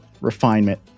refinement